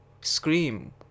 Scream